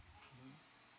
mmhmm